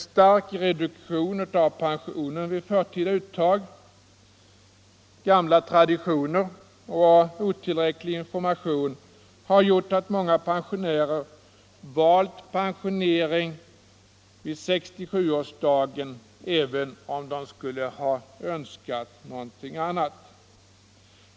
Stark reduktion av pensionen vid förtida uttag, Sänkning av den gamla traditioner och otillräcklig information har gjort att många pen = allmänna pensionssionärer valt pensionering vid 67-årsdagen även om de skulle ha önskat — åldern, m.m. någonting annat.